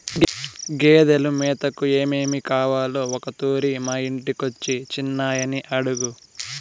గేదెలు మేతకు ఏమేమి కావాలో ఒకతూరి మా ఇంటికొచ్చి చిన్నయని అడుగు